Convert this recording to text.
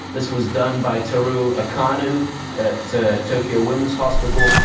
this was done by teruo okano at tokyo women's hospital.